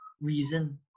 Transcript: reason